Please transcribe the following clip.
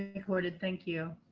recorded. thank you.